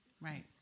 right